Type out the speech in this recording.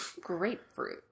grapefruit